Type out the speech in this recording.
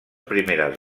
primeres